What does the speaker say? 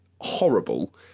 horrible